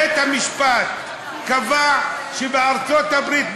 בית-המשפט קבע שבארצות-הברית,